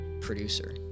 producer